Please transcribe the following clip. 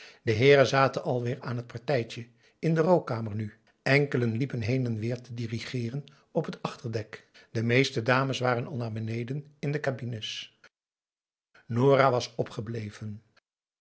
de heeren zaten alweer aan het partijtje in de rookkamer nu enkelen liepen heen en weer te digereeren op het achterdek de meeste dames waren al naar beneden in de cabines nora was opgebleven